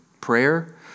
prayer